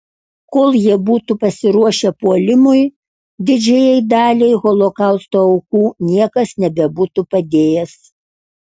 kol jie būtų pasiruošę puolimui didžiajai daliai holokausto aukų niekas nebebūtų padėjęs